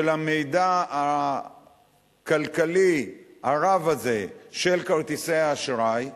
המידע הכלכלי הרב הזה של כרטיסי האשראי,